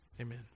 Amen